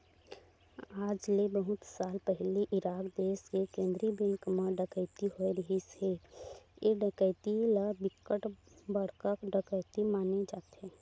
आज ले बहुत साल पहिली इराक देस के केंद्रीय बेंक म डकैती होए रिहिस हे ए डकैती ल बिकट बड़का डकैती माने जाथे